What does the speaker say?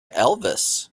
elvis